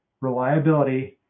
reliability